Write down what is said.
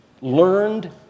learned